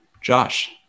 Josh